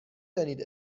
دانید